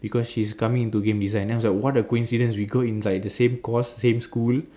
because she's coming into game design then I was what a coincidence we go in like the same course same school